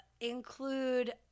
include